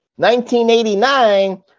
1989